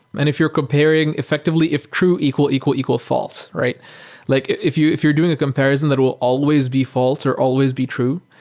and if you're comparing effectively if true equal equal equal false. like if you're if you're doing a comparison that will always be false or always be true,